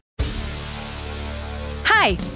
Hi